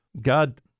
God